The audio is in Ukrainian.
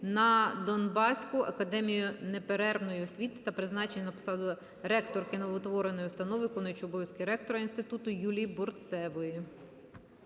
на Донбаську академію неперервної освіти та призначення на посаду ректорки новоутвореної установи виконуючої обов'язки ректора Інституту Юлії Бурцевої.